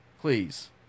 Please